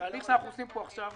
התהליך שאנחנו עושים פה עכשיו,